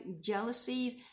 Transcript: jealousies